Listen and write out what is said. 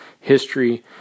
history